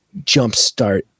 jumpstart